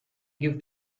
gift